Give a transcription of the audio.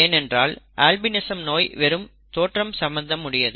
ஏனென்றால் அல்பினிசம் நோய் வெறும் தோற்றம் சம்பந்தம் உடையது